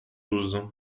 douze